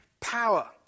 power